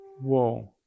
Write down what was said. Whoa